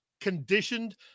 conditioned